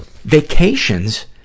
Vacations